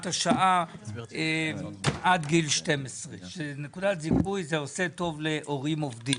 השעה עד גיל 12. נקודת זיכוי זה עושה טוב להורים עובדים,